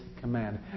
command